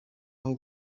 aho